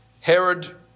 Herod